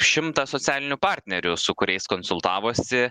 šimtą socialinių partnerių su kuriais konsultavosi